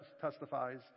testifies